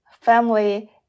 family